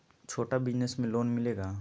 छोटा बिजनस में लोन मिलेगा?